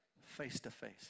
face-to-face